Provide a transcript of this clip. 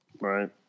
right